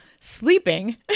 Sleeping